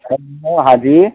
hello ہاں جی